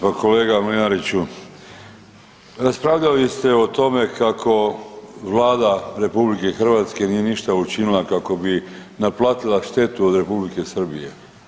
Pa kolega Mlinariću, raspravljali ste o tome kako Vlada RH nije ništa učinila kako bi naplatila štetu od Republike Srbije.